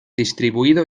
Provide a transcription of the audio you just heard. distribuido